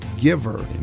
giver